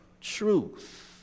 truth